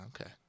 Okay